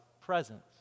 presence